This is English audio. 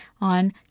on